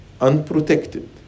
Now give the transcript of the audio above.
unprotected